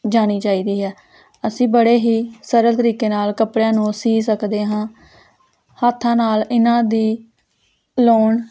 ਜਾਣੀ ਚਾਹੀਦੀ ਹੈ ਅਸੀਂ ਬੜੇ ਹੀ ਸਰਲ ਤਰੀਕੇ ਨਾਲ ਕੱਪੜਿਆਂ ਨੂੰ ਸੀ ਸਕਦੇ ਹਾਂ ਹੱਥਾਂ ਨਾਲ ਇਹਨਾਂ ਦੀ ਲੋਨ